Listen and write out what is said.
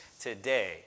today